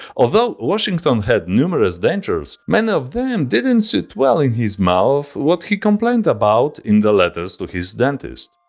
although washington had numerous dentures, many of them didn't sit well in his mouth, what he complained about in the letters to his dentist.